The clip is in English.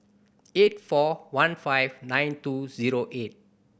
eight four one five nine two zero eight